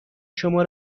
شما